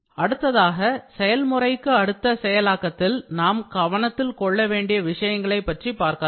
அடுத்ததாக செயல்முறைக்கு அடுத்த செயலாக்கத்தில் நாம் கவனத்தில் கொள்ளவேண்டிய விஷயங்களைப் பற்றி பார்க்கலாம்